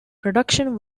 production